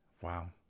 Wow